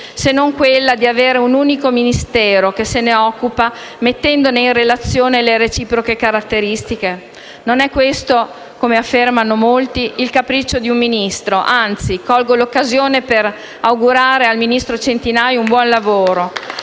se non quella di avere un unico Ministero che se ne occupa, mettendone in relazione le reciproche caratteristiche? Non è questo - come affermano molti - il capriccio di un Ministro. Anzi, colgo l'occasione per augurare al ministro Centinaio un buon lavoro.